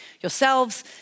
yourselves